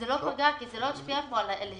זה לא פגע כי זה לא השפיע על ההיצע.